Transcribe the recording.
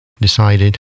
decided